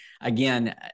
again